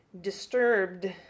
Disturbed